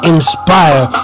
Inspire